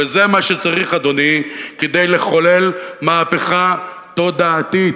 וזה מה שצריך, אדוני, כדי לחולל מהפכה תודעתית,